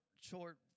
short